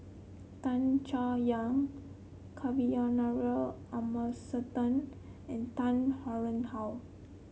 Tan Chay Yan Kavignareru Amallathasan and Tan Tarn How